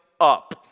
up